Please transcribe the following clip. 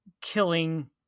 Killing